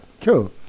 cool